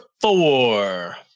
four